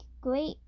great